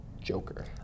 Joker